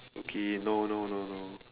okay no no no no